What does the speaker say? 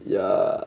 ya